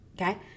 Okay